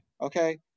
Okay